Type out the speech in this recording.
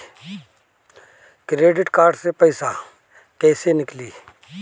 Credit card से पईसा केइसे निकली?